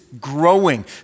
growing